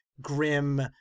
grim